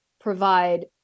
provide